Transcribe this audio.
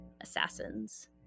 Assassins